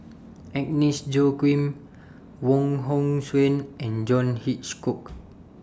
Agnes Joaquim Wong Hong Suen and John Hitchcock